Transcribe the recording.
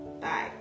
Bye